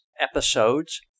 episodes